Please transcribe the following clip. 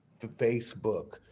Facebook